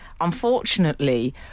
unfortunately